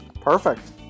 Perfect